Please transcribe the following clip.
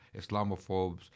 Islamophobes